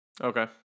Okay